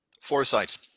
Foresight